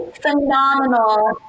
phenomenal